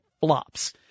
flops